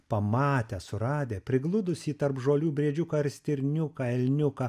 pamatę suradę prigludusį tarp žolių briedžiuką ar stirniuką elniuką